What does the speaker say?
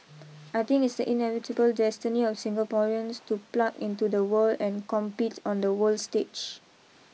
I think it's the inevitable destiny of Singaporeans to plug into the world and compete on the world stage